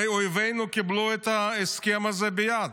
הרי אויבינו קיבלו את ההסכם הזה ביד,